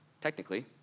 technically